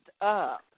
up